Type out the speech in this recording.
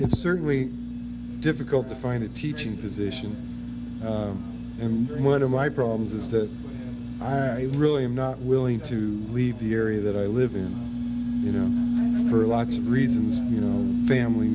it's certainly difficult to find a teaching position and one of my problems is that i really am not willing to leave the area that i live in you know for lots of reasons you know family